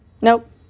nope